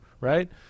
right